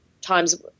times –